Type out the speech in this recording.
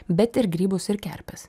bet ir grybus ir kerpes